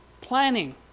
planning